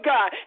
God